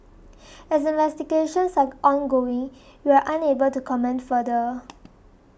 as investigations are ongoing we are unable to comment further